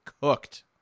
cooked